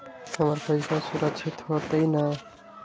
हमर पईसा सुरक्षित होतई न?